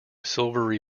silvery